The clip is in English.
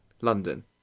London